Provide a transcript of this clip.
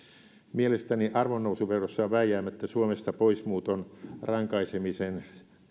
mielestäni arvonnousuverossa on vääjäämättä suomesta poismuuton rankaisemisen